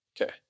okay